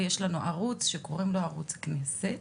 ויש לנו ערוץ שנקרא ערוץ הכנסת.